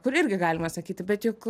kur irgi galima sakyti bet juk